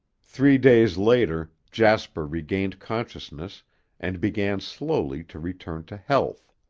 three days later jasper regained consciousness and began slowly to return to health.